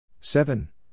Seven